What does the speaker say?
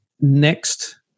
next